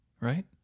right